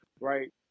right